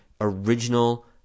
original